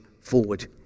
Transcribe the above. forward